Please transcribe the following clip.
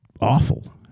awful